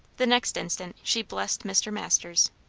the next instant she blessed mr. masters.